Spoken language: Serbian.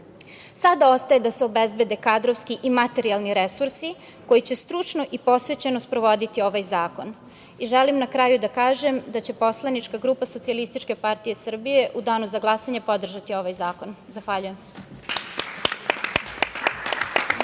Sada ostaje da se obezbede kadrovski i materijalni resursi koji će stručno i posvećeno sprovoditi ovaj zakon. Želim na kraju da kažem da će poslanička grupa SPS u danu za glasanje podržati ovaj zakon. Zahvaljujem.